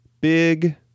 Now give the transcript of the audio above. Big